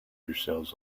yourselves